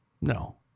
No